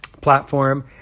platform